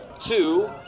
two